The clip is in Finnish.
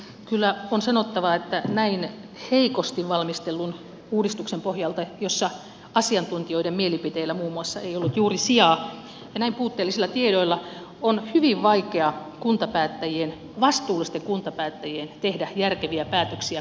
kyllä on sanottava että näin heikosti valmistellun uudistuksen pohjalta jossa asiantuntijoiden mielipiteillä muun muassa ei ollut juuri sijaa ja näin puutteellisilla tiedoilla on hyvin vaikea kuntapäättäjien vastuullisten kuntapäättäjien tehdä järkeviä päätöksiä kuntiensa tulevaisuudesta